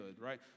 right